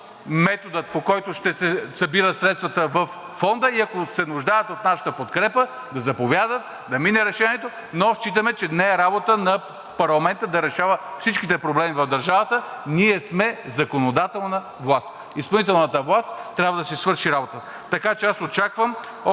метода, по който ще се събират средствата във фонда, и ако се нуждаят от нашата подкрепа, да заповядат, да мине решението, но считаме, че не е работа на парламента да решава всичките проблеми в държавата. Ние сме законодателна власт. Изпълнителната власт трябва да си свърши работата. Така че аз очаквам